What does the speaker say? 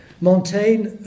Montaigne